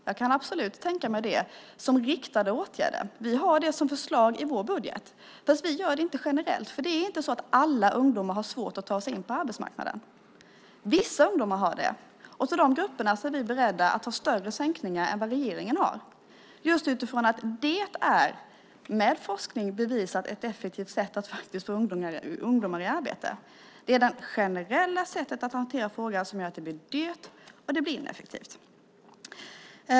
Jag kan absolut tänka mig det som riktade åtgärder. Vi har det som förslag i vår budget, men vi gör det inte generellt. Det är inte så att alla ungdomar har svårt att ta sig in på arbetsmarknaden. Vissa ungdomar har det. För de grupperna är vi beredda att ta större sänkningar än vad regeringen vill. Det är utifrån att det med forskning är ett bevisat effektivt sätt att få ungdomar i arbete. Det är det generella sättet att hantera frågan som gör att det blir dyrt och ineffektivt.